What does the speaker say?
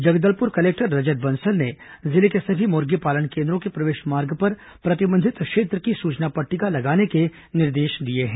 Jagdalpur collector Rajat Bansal ने जिले के सभी मुर्गीपालन केन्द्रों के प्रवेश मार्ग पर प्रतिबंधित क्षेत्र की सूचना पट्टिका लगाने के निर्देश दिए हैं